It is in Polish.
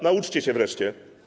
Nauczcie się wreszcie.